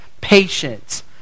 patience